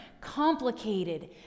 complicated